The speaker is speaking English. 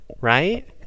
right